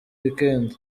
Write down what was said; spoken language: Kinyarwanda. weekend